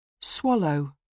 swallow